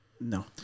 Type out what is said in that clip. No